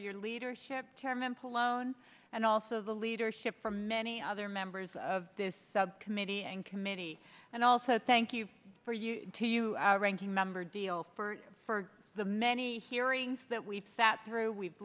your leadership temple loan and also the leadership for many other members of this subcommittee and committee and i also thank you for you to you our ranking member deal for for the many hearings that we've sat through we've